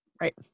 right